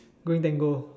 going Tango